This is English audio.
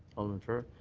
alderman farrell.